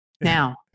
Now